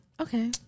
Okay